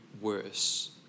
worse